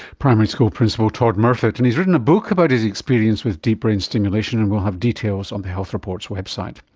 primary school principal todd murfitt. and he's written a book about his experience with deep brain stimulation, and we will have details on the health report's website